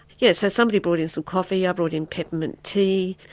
yes, so somebody brought in some coffee, i brought in peppermint tea,